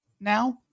now